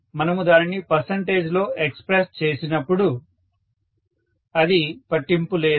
అయితే మనము దానిని పర్సంటేజ్ లో ఎక్స్ప్రెస్ చేసినప్పుడు అది పట్టింపు లేదు